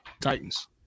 Titans